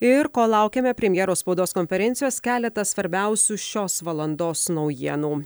ir kol laukiame premjero spaudos konferencijos keletą svarbiausių šios valandos naujienų